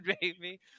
baby